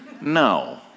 No